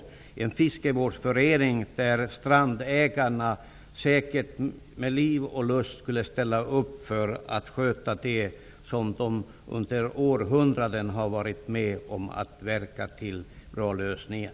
I en fiskevårdsförening skulle strandägarna säkert med liv och lust ställa upp. De har under århundraden varit med om att verka för bra lösningar.